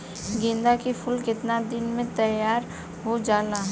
गेंदा के फूल केतना दिन में तइयार हो जाला?